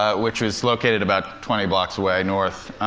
ah which was located about twenty blocks away, north.